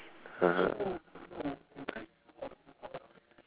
(uh huh)